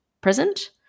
present